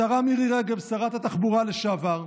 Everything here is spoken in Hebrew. השרה מירי רגב, שרת התחבורה לשעבר,